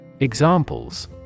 Examples